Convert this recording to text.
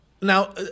now